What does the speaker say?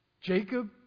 Jacob